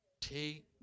take